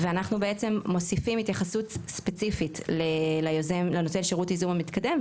ואנחנו בעצם מוסיפים התייחסות ספציפית לנותן שירות ייזום המתקדם,